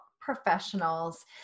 professionals